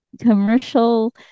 commercial